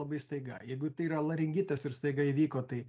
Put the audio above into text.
labai staiga jeigu tai yra laringitas ir staiga įvyko tai